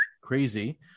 crazy